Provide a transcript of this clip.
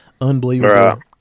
unbelievable